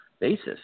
basis